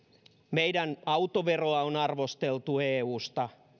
meidän autoveroa on arvosteltu eusta